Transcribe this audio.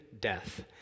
death